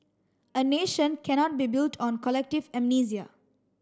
a nation cannot be built on collective amnesia